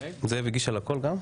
זאב הגיש גם על הכול?